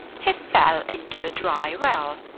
he fell into a dry well.